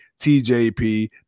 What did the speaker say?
TJP